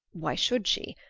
why should she?